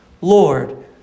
Lord